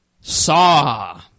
Saw